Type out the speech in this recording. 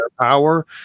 Power